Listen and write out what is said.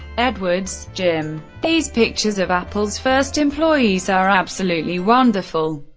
edwards, jim. these pictures of apple's first employees are absolutely wonderful,